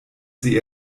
sie